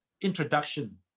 introduction